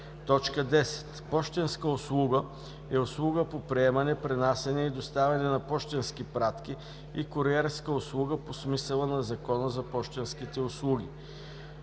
11. „Пощенска услуга“ е услуга по приемане, пренасяне и доставяне на пощенски пратки, и куриерска услуга по смисъла на Закона за пощенските услуги.